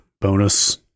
bonus